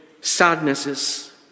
sadnesses